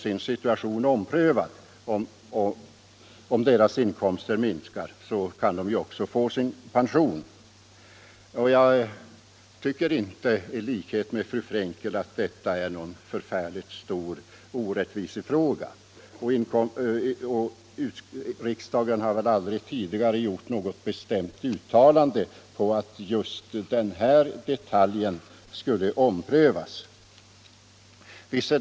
Minskar t.ex. inkomsterna för en änka utan pension, kan hon börja få pension. Jag tycker inte, som fru Frankel, att detta är en mycket stor rättvisefråga. Jag vill också påpeka att riksdagen aldrig tidigare gjort något bestämt uttalande om att just denna detalj skulle omprövas.